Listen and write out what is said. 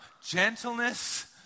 gentleness